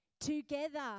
Together